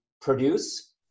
produce